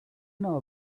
know